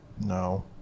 No